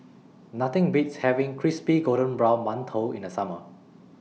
Nothing Beats having Crispy Golden Brown mantou in The Summer